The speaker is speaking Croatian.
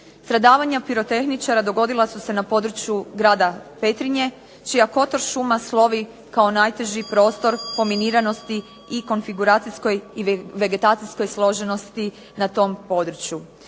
Stradavanja pirotehničara dogodila su se na području grada Petrinje čija Kotor šuma slovi kao najteži prostor po miniranosti i konfiguracijskoj i vegetacijskoj složenosti na tom području.